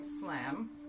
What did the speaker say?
slam